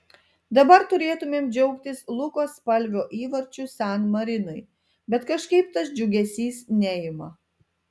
dabar turėtumėm džiaugtis luko spalvio įvarčiu san marinui bet kažkaip tas džiugesys neima